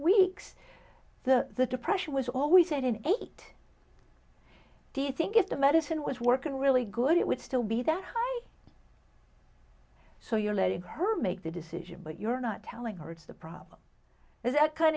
weeks the depression was always at an eight do you think is the medicine was working really good it would still be that high so you're letting her make the decision but you're not telling her it's the problem is that kind